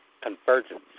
Convergence